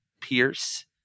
Pierce